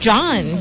John